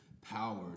power